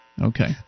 Okay